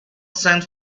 sent